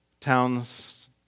towns